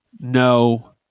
no